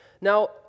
Now